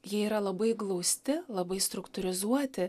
jie yra labai glausti labai struktūrizuoti